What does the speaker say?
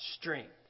strength